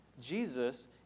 Jesus